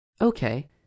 Okay